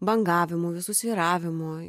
bangavimų visų svyravimų